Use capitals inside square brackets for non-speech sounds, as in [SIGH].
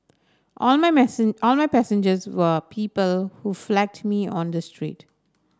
all my [UNINTELLIGIBLE] all my passengers were people who flagged me on the street